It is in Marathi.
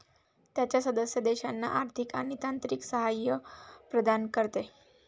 त्याच्या सदस्य देशांना आर्थिक आणि तांत्रिक सहाय्य प्रदान करते